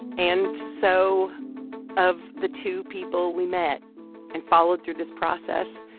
and so of the two people we met and followed through this process,